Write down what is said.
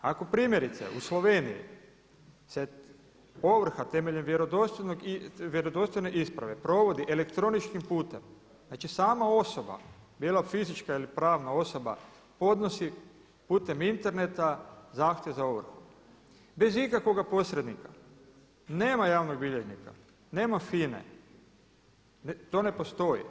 Ako primjerice u Sloveniji se ovrha temeljem vjerodostojne isprave provodi elektroničkim putem, znači sama osoba bilo fizička ili pravna osoba podnosi putem interneta zahtjev za ovrhu bez ikakvoga posrednika, nema javnog bilježnika, nema FINA-e, to ne postoji.